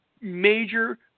major